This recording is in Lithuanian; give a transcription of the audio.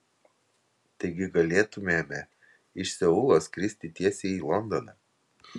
taigi galėtumėme iš seulo skristi tiesiai į londoną